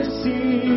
see